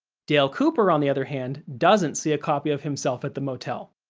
dale cooper, on the other hand, doesn't see a copy of himself at the motel.